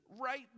right